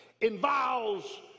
involves